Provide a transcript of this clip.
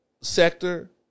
sector